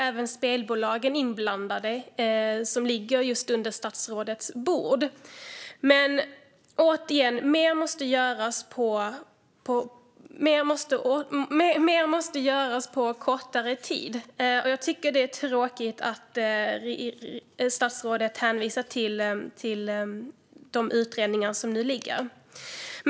Även spelbolagen är inblandade, och detta ligger på statsrådets bord. Men, återigen, mer måste göras på kortare tid. Jag tycker att det är tråkigt att statsrådet hänvisar till de utredningar som nu ligger.